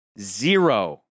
zero